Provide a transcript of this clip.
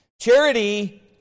Charity